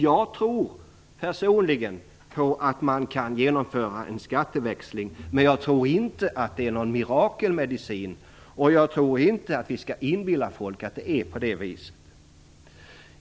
Jag tror personligen att man kan genomföra en skatteväxling, men jag anser inte att det är någon mirakelmedicin, och vi skall inte heller inbilla folk att det är på det viset.